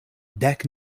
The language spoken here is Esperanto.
dek